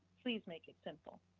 please make it simple.